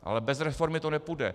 Ale bez reformy to nepůjde.